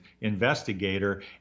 investigator